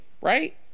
Right